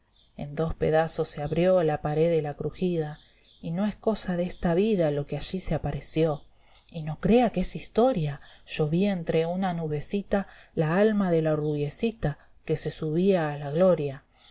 en dos pedazos se abrió la paré de la crujida y no es cosa de esta vida lo que allí se apareció y no crea que es historia yo vi entre una nubecita la alma de la rubiecita que se subía a la gloria